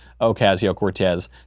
Ocasio-Cortez